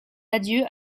adieux